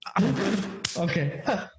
Okay